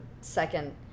second